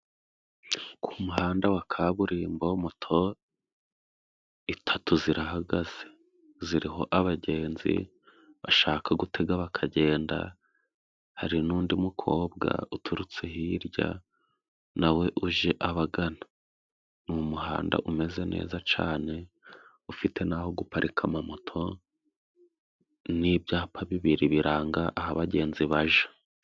Ku muhanda wa kaburimbo moto itatu zirahagaze, ziriho abagenzi bashaka gutega bakagenda, hari n' undi mukobwa uturutse hirya nawe uje abagana; ni umuhanda umeze neza cyane ufite naho guparika ama moto, n' ibyapa bibiri biranga aho abagenzi bajya.